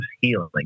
healing